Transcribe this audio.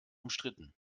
umstritten